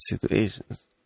situations